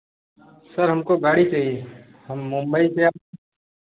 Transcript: sir हमको गाड़ी चाहिए हम मुंबई से आए